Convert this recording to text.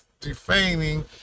defaming